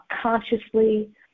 consciously